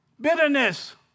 bitterness